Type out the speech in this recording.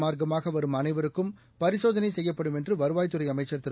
மார்க்கமாகவரும் அனைவருக்கும் பரிசோதனைசெய்யப்படும் என்றுவருவாய்த் துறைஅமைச்சர் திரு